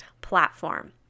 platform